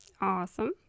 awesome